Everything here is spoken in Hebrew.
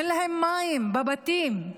אין להם מים בבתים.